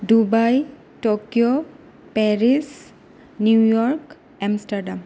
Dubai Tokyo Paris New York Amsterdam